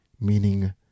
meaning